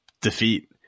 defeat